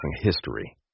history